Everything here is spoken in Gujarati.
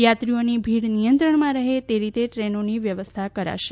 યાત્રીઓની ભીડ નિયંત્રણમાં રહે એ રીતે ટ્રેનોની વ્યવસ્થા કરાશે